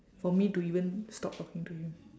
for me to even stop talking to him